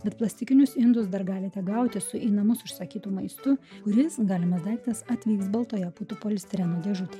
bet plastikinius indus dar galite gauti su į namus užsakytu maistu kuris galimas daiktas atvyks baltuoja putų polistireno dėžutėje